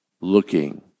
looking